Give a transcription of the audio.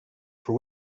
for